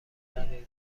دقیقه